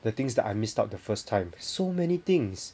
the things that I missed out the first time so many things